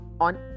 on